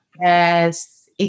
Yes